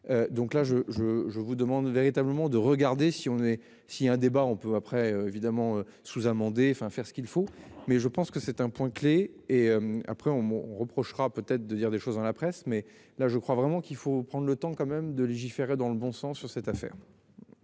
Donc là je je je vous demande véritablement de regarder si on est si un débat on peut après évidemment sous-amender enfin faire ce qu'il faut mais je pense que c'est un point clé. Et après on reprochera peut-être de dire des choses dans la presse mais là je crois vraiment qu'il faut prendre le temps quand même de légiférer dans le bon sens sur cette affaire.